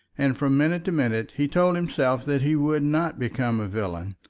and from minute to minute he told himself that he would not become a villain.